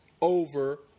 over